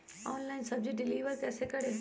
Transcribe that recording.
Online सब्जी deliver कैसे करें?